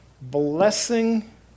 blessing